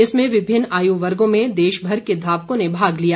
इसमें विभिन्न आयुवर्गो में देशभर के धावकों ने भाग लिया